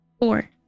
Four